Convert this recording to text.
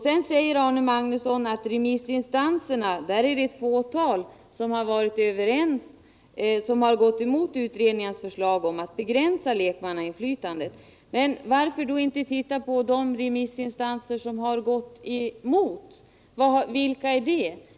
Sedan säger Arne Magnusson att det i remissinstanserna är ett fåtal som gått emot utredningens förslag om att begränsa lekmannainflytandet. Varför inte titta på de remissinstanser som gått emot? Vilka är det?